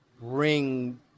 bring